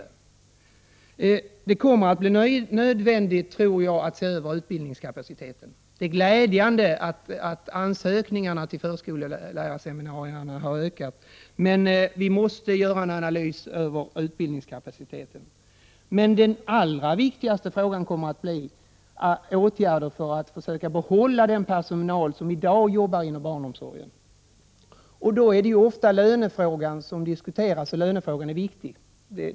Jag tror att det kommer att bli nödvändigt att se över utbildningskapaciteten. Det är glädjande att ansökningarna till förskollärarseminarierna har ökat, men vi måste göra en analys av utbildningskapaciteten. Men den allra viktigaste frågan kommer att bli åtgärder för att försöka behålla den personal som i dag jobbar i barnomsorgen. Då är det ofta lönefrågan som diskuteras, och den är viktig.